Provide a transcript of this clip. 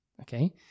Okay